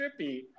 trippy